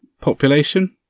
population